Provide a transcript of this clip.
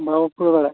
ᱵᱟᱠᱚ ᱠᱩᱞᱟᱹᱣ ᱫᱟᱲᱮᱜ